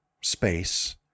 space